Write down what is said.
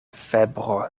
febro